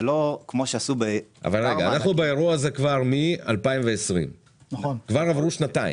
זה לא כמו שעשו ב- -- אנחנו באירוע הזה כבר מ-2020 וכבר עברו שנתיים,